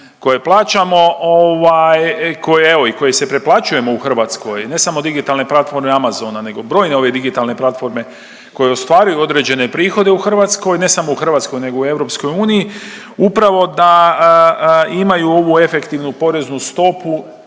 koje se preplaćujemo u Hrvatskoj, ne samo digitalne platforme Amazona nego brojne ove digitalne platforme koje ostvaruju određene prihode u Hrvatskoj, ne samo u Hrvatskoj nego i u EU, upravo da imaju ovu efektivnu poreznu stopu,